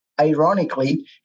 ironically